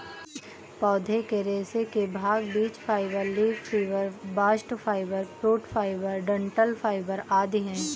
पौधे के रेशे के भाग बीज fibre, leaf fibre, bast fibre, fruit fibre, डंठल फाइबर आदि है